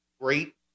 great